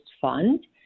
fund